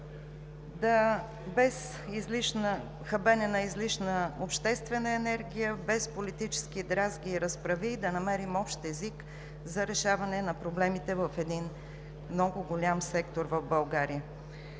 без хабене на излишна обществена енергия, без политически дрязги и разправии да намерим общ език за решаване на проблемите в един много голям сектор в България.